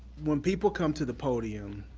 when people come to the podium,